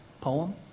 poem